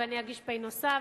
ואני אגיש "פ" נוספת,